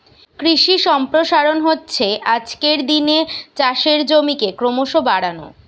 কৃষি সম্প্রসারণ হচ্ছে আজকের দিনে চাষের জমিকে ক্রোমোসো বাড়ানো